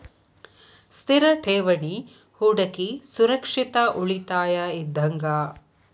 ಸ್ಥಿರ ಠೇವಣಿ ಹೂಡಕಿ ಸುರಕ್ಷಿತ ಉಳಿತಾಯ ಇದ್ದಂಗ